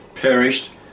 perished